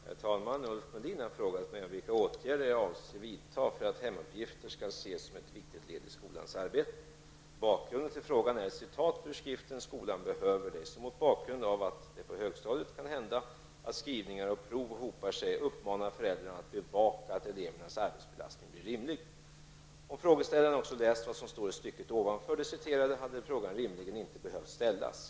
Herr talman! Ulf Melin har frågat mig om vilka åtgärder jag avser vidta för att hemuppgifter skall ses som ett viktigt led i skolans arbete. Bakgrunden till frågan är ett citat ur skriften, Skolan behöver dig, där man, mot bakgrund av att det på högstadiet kan hända att skrivningar och prov hopar sig, uppmanar föräldrarna att bevaka att elevernas arbetsbelastning blir rimlig. Om frågeställaren också läst vad som står i stycket ovanför det citerade hade frågan rimligen inte behövt ställas.